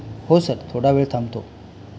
होय सर थोडा वेळ थांबतो